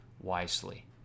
wisely